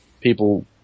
people